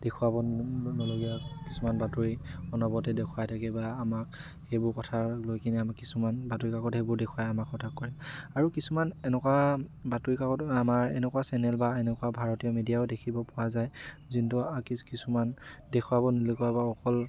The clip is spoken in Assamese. দেখুৱাব নলগীয়া কিছুমান বাতৰি অনবৰতে দেখুৱাই থাকে বা আমাক সেইবোৰ কথা লৈ কিনে আমাক কিছুমান বাতৰি কাকত সেইবোৰ দেখুৱায় আমাক হতাশ কৰে আৰু কিছুমান এনেকুৱা বাতৰি কাকত আমাৰ এনেকুৱা চেনেল বা এনেকুৱা ভাৰতীয় মিডিয়াও দেখিব পোৱা যায় যোনটো কিছুমান দেখুৱাব নলগীয়া বা অকল